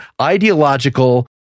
ideological